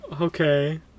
Okay